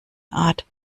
art